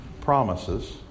promises